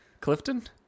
Clifton